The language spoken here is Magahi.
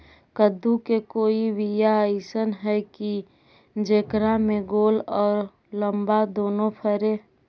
कददु के कोइ बियाह अइसन है कि जेकरा में गोल औ लमबा दोनो फरे?